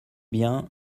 bien